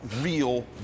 real